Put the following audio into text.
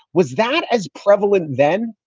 was that as prevalent then?